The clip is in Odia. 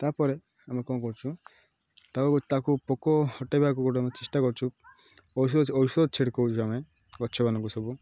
ତା'ପରେ ଆମେ କ'ଣ କରୁଛୁ ତାକୁ ତାକୁ ପୋକ ହଟାଇବାକୁ ଗୋଟେ ଆମେ ଚେଷ୍ଟା କରୁଛୁ ଔଷଧ ଔଷଧ ଛିଡ଼୍ କଉଛୁ ଆମେ ଗଛମାନଙ୍କୁ ସବୁ